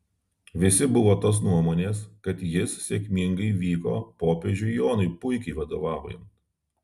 visi buvo tos nuomonės kad jis sėkmingai vyko popiežiui jonui puikiai vadovaujant